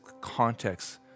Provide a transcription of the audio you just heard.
context